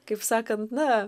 kaip sakant na